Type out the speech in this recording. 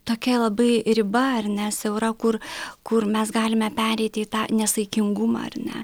tokia labai riba ar ne siaura kur kur mes galime pereiti į tą nesaikingumą ar ne